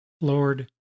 Lord